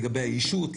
לגבי הישות,